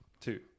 Two